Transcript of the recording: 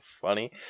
funny